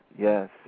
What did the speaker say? yes